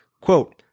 Quote